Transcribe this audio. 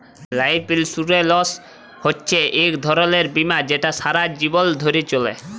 life insurance হছে ইক ধরলের বীমা যেট সারা জীবল ধ্যরে চলে